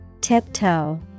Tiptoe